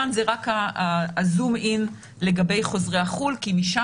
כאן זה רק הזום-אין לגבי החוזרים מחו"ל כי משם